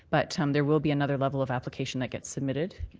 but um there will be another level of application that gets submitted.